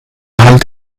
halt